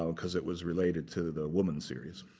so because it was related to the woman series.